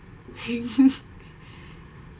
hang